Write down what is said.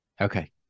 Okay